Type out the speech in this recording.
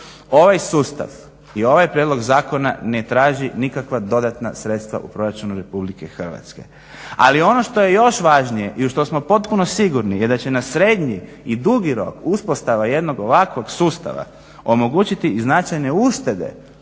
ovaj sustav i ovaj prijedlog zakona ne traži nikakav dodatna sredstva u proračunu RH. ali ono što je još važnije i u što smo potpuno sigurni je da će na srednji i dugi rok uspostava jednog ovakvog sustava omogućiti i značajne uštede